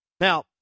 Now